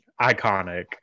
iconic